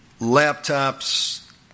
laptops